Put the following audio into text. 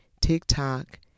TikTok